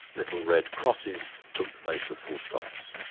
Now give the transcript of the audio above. little red crosses took the place of full stops.